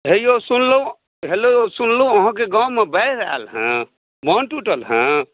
है यौ सुनलहुँ यौ सुनलहुँ अहाँकेँ गाँवमे बाढ़ि आएल हँ बान्ध टुटल हँ